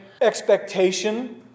expectation